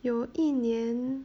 有一年